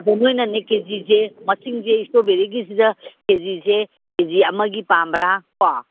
ꯑꯗꯨ ꯅꯣꯏꯅꯅꯦ ꯀꯦ ꯖꯤꯁꯦ ꯃꯁꯤꯡꯁꯦ ꯏꯁꯇꯔꯣꯕꯦꯔꯤꯒꯤꯁꯤꯗ ꯀꯦ ꯖꯤꯁꯦ ꯀꯦ ꯖꯤ ꯑꯃꯒꯤ ꯄꯥꯝꯕ꯭ꯔꯥꯀꯣ